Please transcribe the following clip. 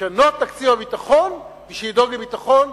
לשנות את תקציב הביטחון בשביל לדאוג לביטחון,